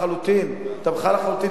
היא תמכה לחלוטין, תמכה לחלוטין.